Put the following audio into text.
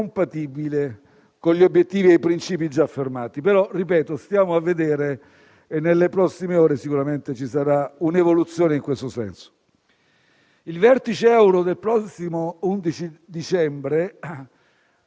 Il vertice euro del prossimo 11 dicembre discuterà in particolare il pacchetto di riforme approvato dall'Eurogruppo lo scorso 30 novembre, che consta di tre elementi: